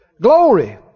Glory